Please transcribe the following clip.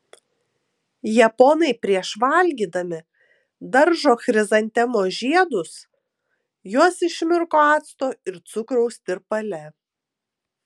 japonai prieš valgydami daržo chrizantemų žiedus juos išmirko acto ir cukraus tirpale